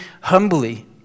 humbly